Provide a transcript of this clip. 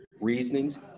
Reasonings